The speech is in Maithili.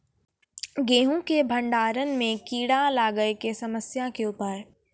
गेहूँ के भंडारण मे कीड़ा लागय के समस्या के उपाय?